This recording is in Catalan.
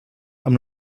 amb